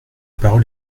parole